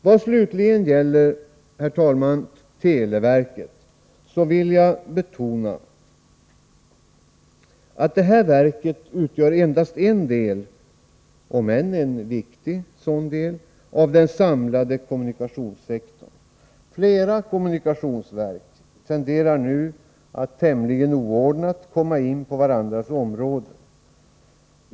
Vad slutligen gäller televerket vill jag, herr talman, betona att detta verk endast utgör en del — om än en viktig sådan — av den samlade kommunikationssektorn. Flera kommunikationsverk tenderar nu att tämligen oordnat komma in på varandras områden.